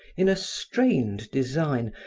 in a strained design,